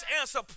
answer